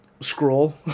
scroll